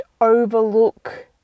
overlook